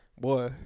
boy